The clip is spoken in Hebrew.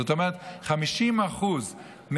זאת אומרת קיצצו באבחה אחת 50% מהתזונה,